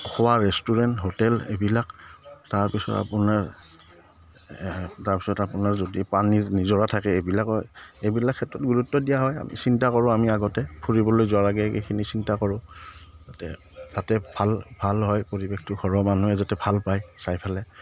খোৱা restaurant hotel এইবিলাক তাৰপিছত আপোনাৰ তাৰপিছত আপোনাৰ যদি পানীৰ নিজৰা থাকে এইবিলাকৰ এইবিলাক ক্ষেত্ৰত গুৰুত্ব দিয়া হয় আমি চিন্তা কৰোঁ আমি আগতে ফুৰিবলৈ যোৱাৰ আগেয়ে সেইখিনি চিন্তা কৰোঁ যাতে তাতে ভাল ভাল হয় পৰিৱেশটো ঘৰৰ মানুহে যাতে ভাল পায় চাই পেলাই